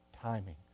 timing